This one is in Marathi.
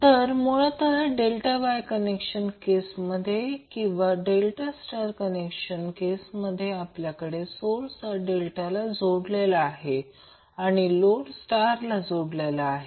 तर मुळतः डेल्टा वाय कनेक्शन केसमध्ये किंवा डेल्टा स्टार कनेक्शन केसमध्ये आपल्याकडे सोर्स हा डेल्टाला जोडलेला आहे आणि लोड स्टारला जोडलेला आहे